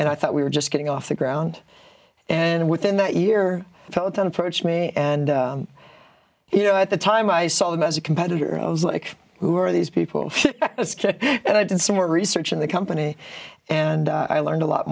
and i thought we were just getting off the ground and within that year telethon approached me and you know at the time i saw him as a competitor i was like who are these people and i did some more research in the company and i learned a lot